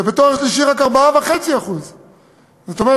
ובתואר שלישי רק 4.5%. זאת אומרת,